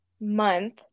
month